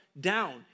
down